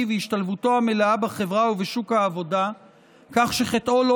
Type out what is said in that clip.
והשתלבותו המלאה בחברה ובשוק העבודה כך שחטאו לא